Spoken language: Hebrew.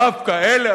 ודווקא אלה,